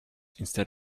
instead